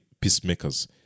peacemakers